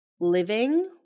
living